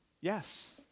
Yes